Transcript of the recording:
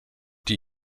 die